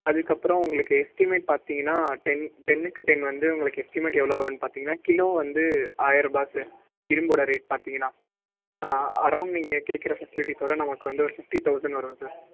அதுக்கப்புறம் உங்களுக்கு எஸ்டிமேட் பார்த்திங்கன்னா டென் டென்னுக்கு டென் வந்து உங்களுக்கு எஸ்டிமேட் எவ்வளோ வரும்னு பார்த்திங்கன்னா கிலோ வந்து ஆயரரூபா சார் இரும்போட ரேட் பார்த்திங்கன்னா அரவுண்ட் நீங்கள் கேக்கிற பெஷிலிட்டீஸ்ஸோட நமக்கு வந்து ஒரு ஃப்ஃப்ட்டி தவுசண்ட் வரும் சார்